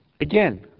Again